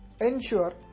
ensure